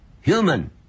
human